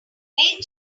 they